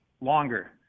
longer